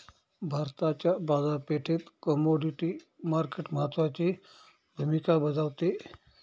भारताच्या बाजारपेठेत commodity market महत्त्वाची भूमिका बजावते